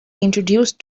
introduce